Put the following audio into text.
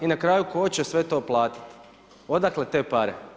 I na kraju tko će sve to platiti, odakle te pare?